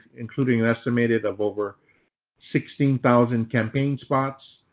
including an estimated of over sixteen thousand campaign spots.